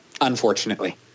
unfortunately